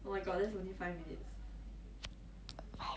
oh ya by the way did you get the money from the government